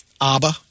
Abba